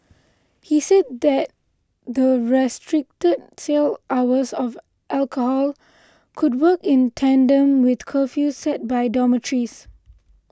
he said that the restricted sale hours of alcohol could work in tandem with curfews set by dormitories